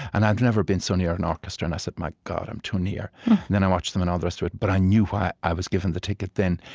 and i've never been so near an orchestra, and i said, my god, i'm too near. and then i watched them, and all the rest of it but i knew why i was given the ticket then,